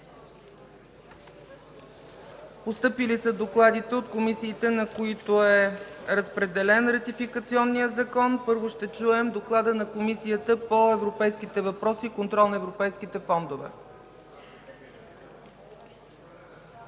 Постъпили са докладите от комисиите, на които е разпределен Ратификационният закон. Първо ще чуем доклада на Комисията по европейските въпроси и контрол на европейските фондове.